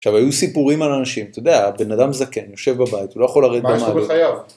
עכשיו, היו סיפורים על אנשים, אתה יודע, בן אדם זקן, יושב בבית, הוא לא יכול לרדת במדרגות. מה יש לו בחייו?